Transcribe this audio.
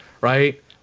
right